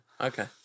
Okay